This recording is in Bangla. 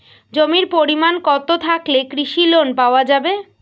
জমির পরিমাণ কতো থাকলে কৃষি লোন পাওয়া যাবে?